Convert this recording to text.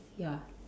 ya